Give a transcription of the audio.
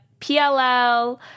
PLL